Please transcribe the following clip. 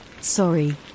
sorry